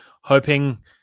hoping